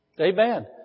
Amen